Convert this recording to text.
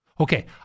Okay